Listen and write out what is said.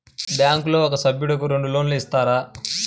బ్యాంకులో ఒక సభ్యుడకు రెండు లోన్లు ఇస్తారా?